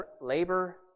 labor